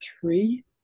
three